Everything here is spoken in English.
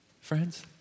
friends